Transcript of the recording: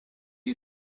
you